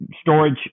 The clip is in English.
Storage